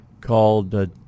called